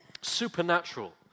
Supernatural